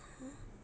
!huh!